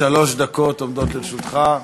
שלוש דקות עומדות לרשותך.